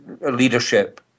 leadership